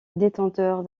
détenteur